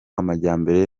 amajyambere